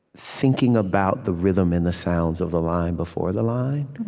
thinking about the rhythm and the sounds of the line before the line,